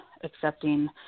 accepting